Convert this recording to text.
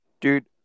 dude